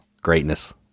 greatness